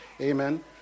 Amen